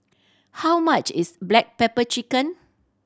how much is black pepper chicken